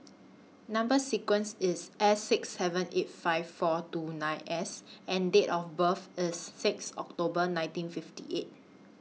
Number sequence IS S six seven eight five four two nine S and Date of birth IS six October nineteen fifty eight